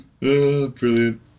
brilliant